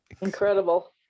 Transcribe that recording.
Incredible